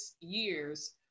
years